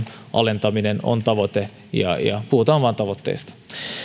alentaminen on tavoite ja ja puhutaan vain tavoitteista